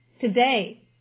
today